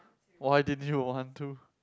why didn't you want to